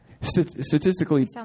Statistically